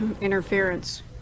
interference